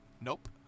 Nope